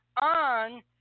on